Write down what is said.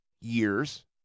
Years